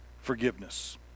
forgiveness